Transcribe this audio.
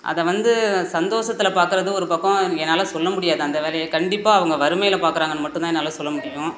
அதை வந்து சந்தோஷத்தில் பார்க்கறது ஒரு பக்கம் என்னால் சொல்ல முடியாது அந்த வேலையை கண்டிப்பாக அவங்க வறுமையில பார்க்கறாங்கன்னு மட்டும் தான் என்னால் சொல்ல முடியும்